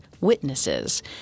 witnesses